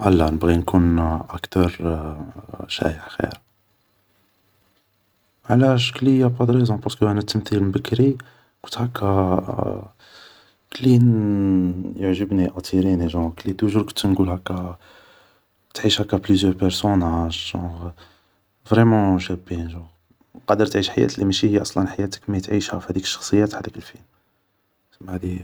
هالا, نبغي نكون اكتور شايع خير, علاش ؟ كلي يابا دو ريزون بارسكو انا التمثيل من بكري كنت هاكا, كلي يعجبني ياتيريني, كلي توجو ر كنت نقول هاكا كلي تعيش بليزيور بارسوناج, جونغ فغيمون شابين, قادر تعيش حياة اللي مشي هي أصلا حياتك مي تعيشها فهاديك الشخصية تاع هداك الفيلم, سما هدي هيا